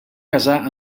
casar